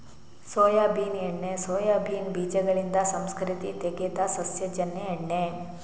soybean ಎಣ್ಣೆ soybean ಬೀಜಗಳಿಂದ ಸಂಸ್ಕರಿಸಿ ತೆಗೆದ ಸಸ್ಯಜನ್ಯ ಎಣ್ಣೆ